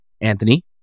Anthony